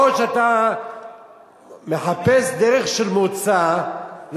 או שאתה מחפש דרך של מוצא,